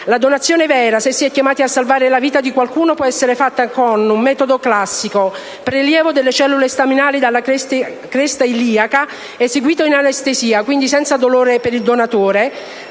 La donazione vera, se si è chiamati a salvare la vita di qualcuno, può essere fatta con un metodo classico, ossia il prelievo delle cellule staminali dalla cresta iliaca, eseguito in anestesia (quindi senza dolore per il donatore),